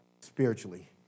spiritually